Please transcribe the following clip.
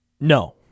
No